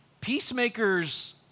Peacemakers